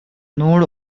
node